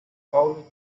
paulo